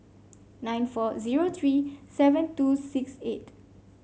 nine four zero three seven two six eight